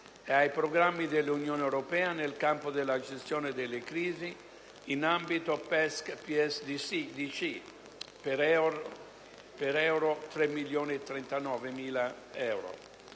e ai programmi dell'Unione europea nel campo della gestione delle crisi in ambito PESC-PSDC (per 3,039